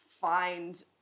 find